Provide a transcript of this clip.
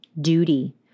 Duty